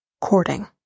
courting